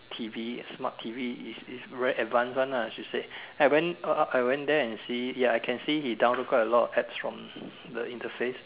T_V smart T_V is is very advance one ah she said I went up I went there and see I can see she download quite a lot of apps from the interface